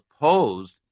opposed